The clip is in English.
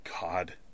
God